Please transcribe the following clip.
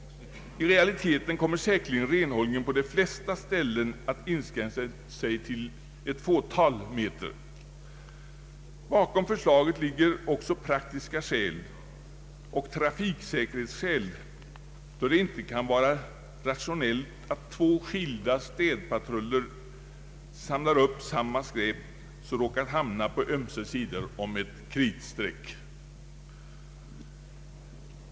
I realiteten kommer säkerligen renhållningen på de flesta ställen att inskränka sig till ett fåtal meter. Bakom förslaget ligger också praktiska skäl och trafiksäkerhetsskäl. Det kan inte vara rationellt att två skilda städpatruller samlar upp samma slags skräp, som råkat hamna på ömse sidor om ett kritstreck.